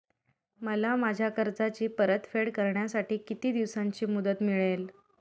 मला माझ्या कर्जाची परतफेड करण्यासाठी किती दिवसांची मुदत मिळेल?